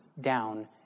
down